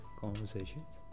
conversations